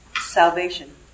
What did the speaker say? salvation